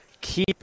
keep